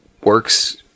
works